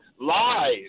lies